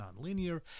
nonlinear